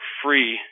free